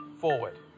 forward